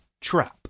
Trap